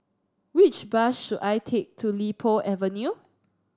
which bus should I take to Li Po Avenue